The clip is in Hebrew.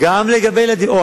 היתה אכיפה.